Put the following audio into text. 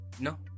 No